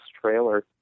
trailer